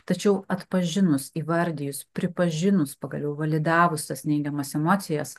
tačiau atpažinus įvardijus pripažinus pagaliau validavus tas neigiamas emocijas